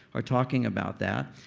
are talking about that.